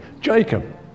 Jacob